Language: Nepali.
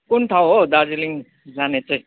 कुन ठाउँ हो दार्जिलिङ जाने चाहिँ